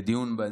לדיון.